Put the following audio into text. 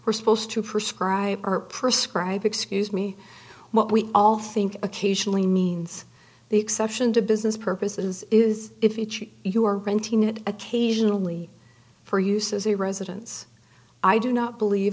we're supposed to prescribe or prescribe excuse me what we all think occasionally means the exception to business purposes is if each of you are renting it occasionally for use as a residence i do not believe